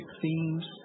themes